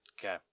Okay